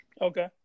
Okay